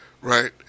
right